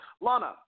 Lana